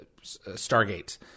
Stargate